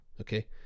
okay